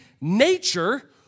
nature